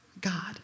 God